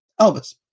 Elvis